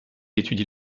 étudie